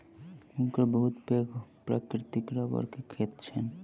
हुनकर बहुत पैघ प्राकृतिक रबड़ के खेत छैन